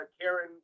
karen